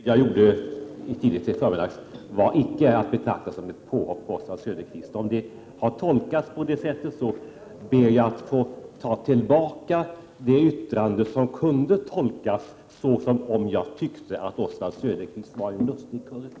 Herr talman! Det inlägg som jag gjorde tidigt i förmiddags var icke att betrakta som ett påhopp på Oswald Söderqvist. Om det har tolkats på det sättet ber jag att få ta tillbaka det yttrande som kunde tolkas som om jag tyckte att Oswald Söderqvist var en lustigkurre.